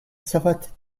savates